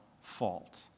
fault